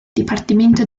dipartimento